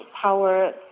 power